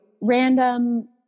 random